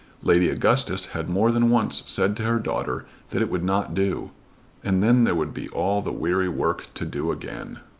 lady augustus had more than once said to her daughter that it would not do and then there would be all the weary work to do again!